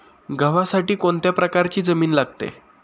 गव्हासाठी कोणत्या प्रकारची जमीन लागते?